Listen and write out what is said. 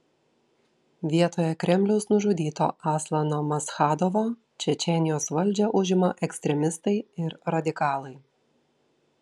vietoje kremliaus nužudyto aslano maschadovo čečėnijos valdžią užima ekstremistai ir radikalai